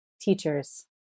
Teachers